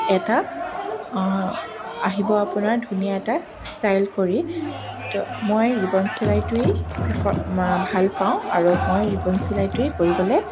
এটা আহিব আপোনাৰ ধুনীয়া এটা ষ্টাইল কৰি তো মই ৰিবন চিলাইটোৱেই প্ৰিফাৰ ভাল পাওঁ আৰু মই ৰিবন চিলাইটোৱে কৰিবলৈ